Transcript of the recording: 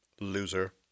Loser